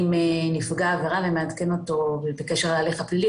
נפגע העבירה ומעדכן אותו בקשר להליך הפלילי.